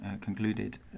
concluded